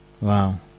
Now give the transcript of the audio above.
Wow